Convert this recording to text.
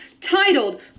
titled